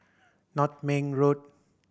Nutmeg Road